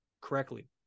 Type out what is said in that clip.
correctly